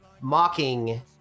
mocking